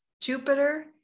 Jupiter